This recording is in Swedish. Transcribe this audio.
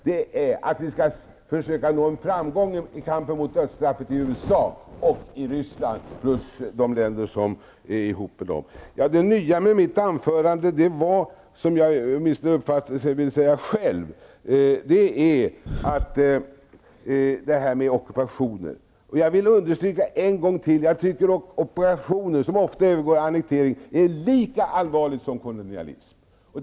Det är viktigast att försöka nå framgång i kampen mot dödsstraffet i USA och i Ryssland och därmed sammankopplade länder. Det nya i mitt anförande -- som jag i alla fall vill framhålla själv -- gällde ockupationer. Jag vill än en gång understryka att ockupation som ofta övergår i annektering är lika allvarlig som kolonialism.